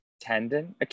tendon